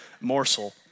morsel